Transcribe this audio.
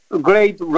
great